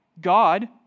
God